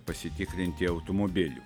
pasitikrinti automobilių